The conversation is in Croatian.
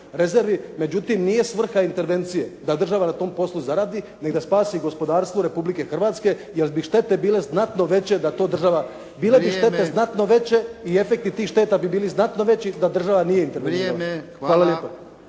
Međutim nije svrha intervencije da država na tom poslu zaradi nego da spasi gospodarstvo Republike Hrvatske jer bi štete bile znatno veće da to država, bile bi štete znatno veće i efekti tih šteta bi bili znatno veći da država nije intervenirala. Hvala lijepa.